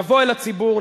נבוא אל הציבור,